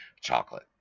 Chocolate